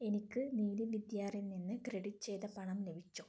എനിക്ക് നീലി വിദ്യാറിൽ നിന്ന് ക്രെഡിറ്റ് ചെയ്ത പണം ലഭിച്ചോ